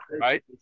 Right